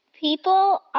People